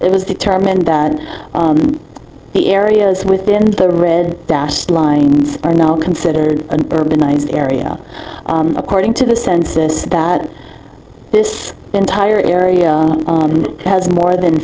it was determined that the areas within the red dashed line are now considered an urban area according to the census that this entire area has more than